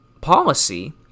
policy